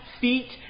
feet